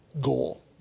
goal